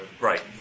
Right